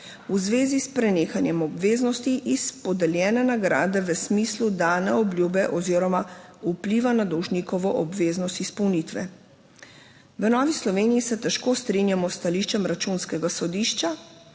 v zvezi s prenehanjem obveznosti iz podeljene nagrade v smislu dane obljube oziroma vpliva na dolžnikovo obveznost izpolnitve. V Novi Sloveniji se težko strinjamo s stališčem Računskega sodišča,